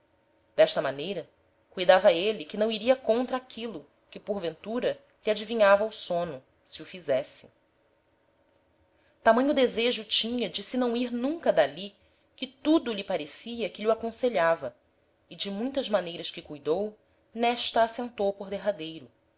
d'esta maneira cuidava êle que não iria contra aquilo que porventura lhe adivinhava o sôno se o fizesse tamanho desejo tinha de se não ir nunca d'ali que tudo lhe parecia que lh'o aconselhava e de muitas maneiras que cuidou n'esta assentou por derradeiro